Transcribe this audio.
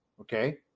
Okay